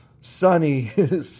sunny